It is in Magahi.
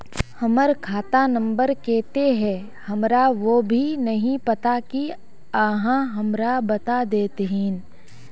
हमर खाता नम्बर केते है हमरा वो भी नहीं पता की आहाँ हमरा बता देतहिन?